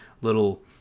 little